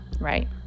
Right